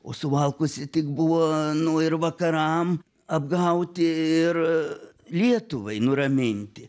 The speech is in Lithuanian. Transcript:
o suvalkuose tik buvo nu ir vakaram apgauti ir lietuvai nuraminti